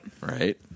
Right